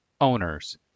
Owners